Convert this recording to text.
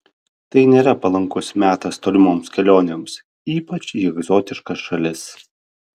tai nėra palankus metas tolimoms kelionėms ypač į egzotiškas šalis